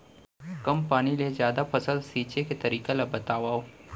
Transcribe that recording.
कम पानी ले जादा फसल सींचे के तरीका ला बतावव?